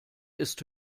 ist